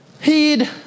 Heed